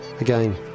Again